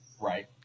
Right